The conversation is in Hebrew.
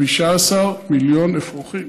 15 מיליון אפרוחים.